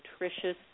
nutritious